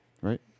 right